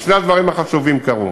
אז שני הדברים החשובים קרו.